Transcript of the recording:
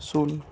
ଶୂନ